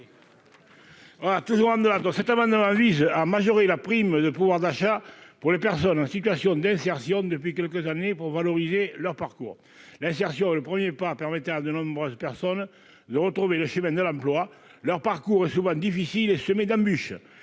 M. Jean-Claude Requier. Cet amendement vise à majorer la prime de pouvoir d'achat des personnes en situation d'insertion depuis quelques années, afin de valoriser leur parcours. L'insertion est le premier pas permettant à de nombreuses personnes de retrouver le chemin de l'emploi. Leur parcours est souvent difficile et semé d'embûches.